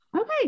Okay